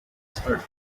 third